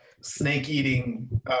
snake-eating